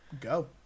go